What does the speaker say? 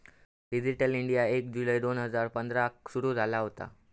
digital India एक जुलै दोन हजार पंधराक सुरू झाला होता